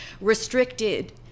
restricted